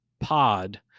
POD